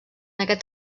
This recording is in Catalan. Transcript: aquest